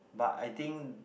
but I think